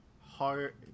hard